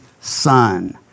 son